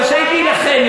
היא רשאית להילחם,